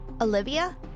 Olivia